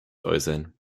äußern